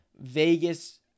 Vegas